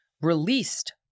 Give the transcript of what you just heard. released